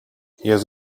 jest